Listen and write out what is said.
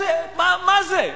מה זה?